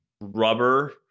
rubber